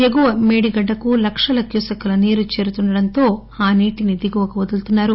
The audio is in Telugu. ఎగువ మేడిగడ్డకు లక్షల క్యూసెక్కుల నీరు చేరుతుండడంతో ఆ నీటిని దిగువకు వదులుతున్నారు